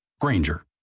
Granger